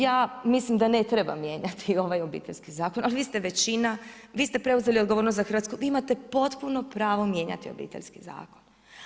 Ja mislim da ne treba mijenjati ovaj Obiteljski zakon, ali vi ste većina, vi ste preuzeli odgovornost za Hrvatsku vi imate potpuno pravo mijenjati Obiteljski zakon.